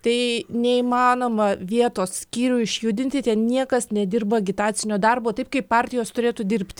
tai neįmanoma vietos skyrių išjudinti ten niekas nedirba agitacinio darbo taip kaip partijos turėtų dirbti